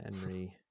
Henry